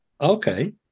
okay